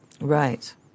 Right